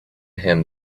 him